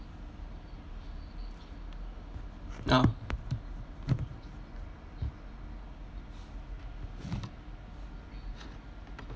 ah